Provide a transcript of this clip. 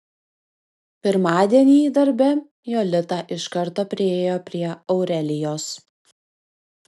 pirmadienį darbe jolita iš karto priėjo prie aurelijos